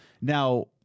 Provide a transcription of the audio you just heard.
now